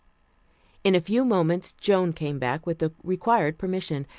in a few moments joan came back with the required permission,